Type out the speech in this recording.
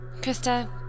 Krista